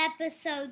episode